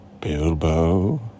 Bilbo